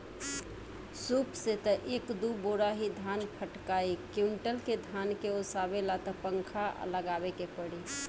सूप से त एक दू बोरा ही धान फटकाइ कुंयुटल के धान के ओसावे ला त पंखा लगावे के पड़ी